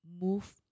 move